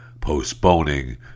postponing